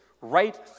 right